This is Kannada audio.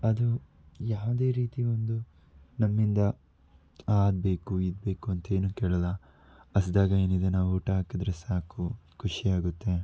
ಅದು ಯಾವುದೇ ರೀತಿ ಒಂದು ನಮ್ಮಿಂದ ಆ ಅದು ಬೇಕು ಇದು ಬೇಕು ಅಂತ ಏನು ಕೇಳೋಲ್ಲ ಹಸ್ದಾಗ ಏನಿದೆ ನಾವು ಊಟ ಹಾಕಿದರೆ ಸಾಕು ಖುಷಿಯಾಗುತ್ತೆ